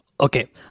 okay